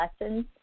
lessons